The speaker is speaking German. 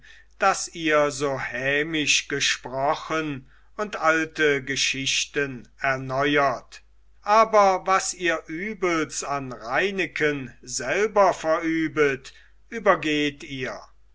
daß ihr so hämisch gesprochen und alte geschichten erneuert aber was ihr übels an reineken selber verübet übergeht ihr